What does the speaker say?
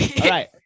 right